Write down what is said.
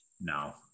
no